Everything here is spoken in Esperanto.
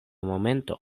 momento